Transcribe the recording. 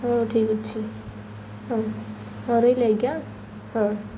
ହଉ ଠିକ୍ ଅଛି ହଁ ହଁ ରହିଲି ଆଜ୍ଞା ହଁ